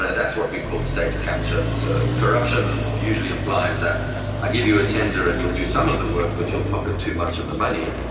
that's what we call state capture. so corruption usually implies that i give you a tender and you'll do some of the work but he'll pocket too much of the money.